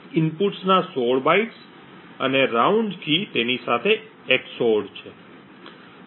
ઇનપુટના 16 bytes અને round key તેની સાથે XORed છે